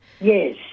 Yes